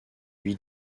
lui